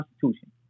Constitution